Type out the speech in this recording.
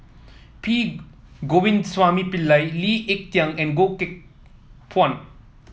P Govindasamy Pillai Lee Ek Tieng and Goh Teck Phuan